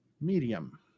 Medium